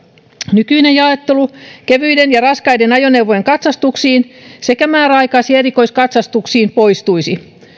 nykyinen jaottelu kevyiden ja raskaiden ajoneuvojen katsastuksiin sekä määräaikais ja erikoiskatsastuksiin poistuisi